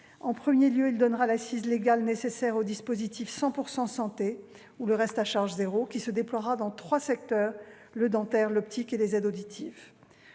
En premier lieu, il donnera l'assise légale nécessaire au « dispositif 100 % santé », autrement appelé « reste à charge zéro », qui se déploiera dans trois secteurs : les soins dentaires, l'optique et les aides auditives.